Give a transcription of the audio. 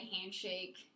handshake